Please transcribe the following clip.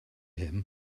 him